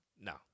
No